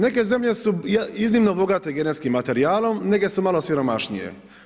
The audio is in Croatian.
Neke zemlje su iznimno bogate genetskim materijalom, neke su malo siromašnije.